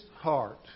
heart